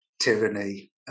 tyranny